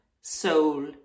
soul